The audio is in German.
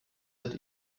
wird